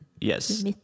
Yes